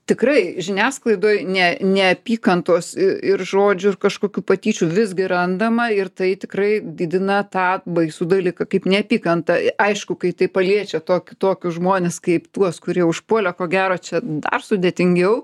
tikrai žiniasklaidoj ne neapykantos ir žodžių ir kažkokių patyčių visgi randama ir tai tikrai didina tą baisų dalyką kaip neapykantą aišku kai tai paliečia tokį tokius žmones kaip tuos kurie užpuolė ko gero čia dar sudėtingiau